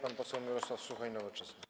Pan poseł Mirosław Suchoń, Nowoczesna.